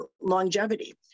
longevity